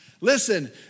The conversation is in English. Listen